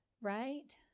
right